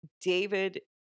David